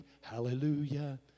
Hallelujah